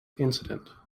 incident